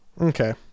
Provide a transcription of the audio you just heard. Okay